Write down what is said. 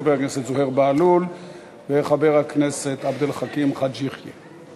חבר הכנסת זוהיר בהלול וחבר הכנסת עבד אל חכים חאג' יחיא.